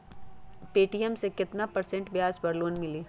Paytm मे केतना percent ब्याज पर लोन मिली?